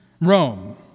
Rome